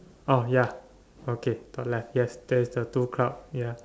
oh ya okay top left yes there is a two cloud ya